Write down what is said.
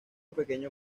pequeño